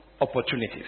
opportunities